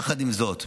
יחד עם זאת,